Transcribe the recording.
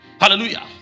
Hallelujah